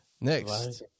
Next